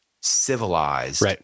civilized